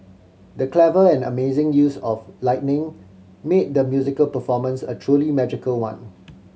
the clever and amazing use of lighting made the musical performance a truly magical one